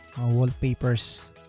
wallpapers